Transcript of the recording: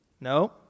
No